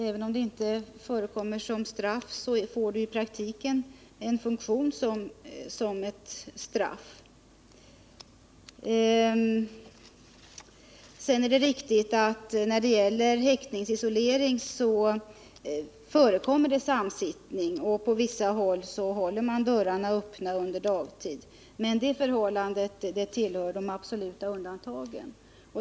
Även om isolering inte förekommer som straff, får den i praktiken den funktionen. Det är riktigt att det vid häktningsisolering förekommer samsittning och att man på vissa håll har dörrarna öppna under dagtid. Men detta tillhör de absoluta undantagen.